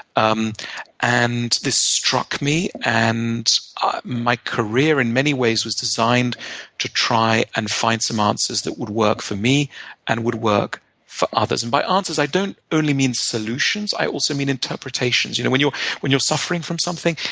um and this struck me, and my career in many ways was designed to try and find some answers that would work for me and would work for others. and by answers, i don't only mean solutions. i also mean interpretations. you know when you're when you're suffering from something,